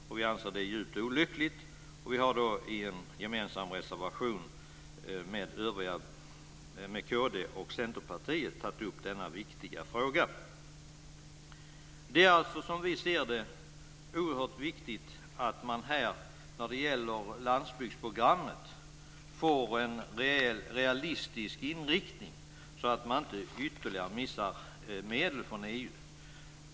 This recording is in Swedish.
Vi anser att detta är djupt olyckligt, och vi har i en gemensam reservation med Kristdemokraterna och Centerpartiet tagit upp denna viktiga fråga. Som vi ser det är det alltså oerhört viktigt att man får en realistisk inriktning när det gäller landsbygdsprogrammet så att man inte missar ytterligare medel från EU.